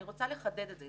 אני רוצה לחדד את זה.